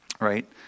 right